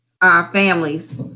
families